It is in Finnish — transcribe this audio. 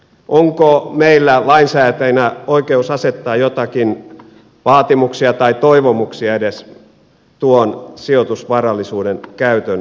onko meillä lainsäätäjinä oikeus asettaa joitakin vaatimuksia tai edes toivomuksia tuon sijoitusvarallisuuden käytön osalta